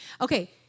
okay